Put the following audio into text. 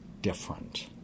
different